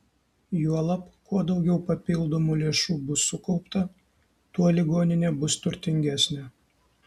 juolab kuo daugiau papildomų lėšų bus sukaupta tuo ligoninė bus turtingesnė